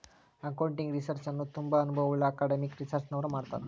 accounting research ಅನ್ನು ತುಂಬಾ ಅನುಭವವುಳ್ಳ ಅಕಾಡೆಮಿಕ್ ರಿಸರ್ಚ್ನವರು ಮಾಡ್ತರ್